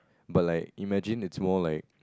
but like imagine it's more like